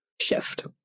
shift